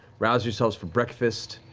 rouse yourselves for breakfast,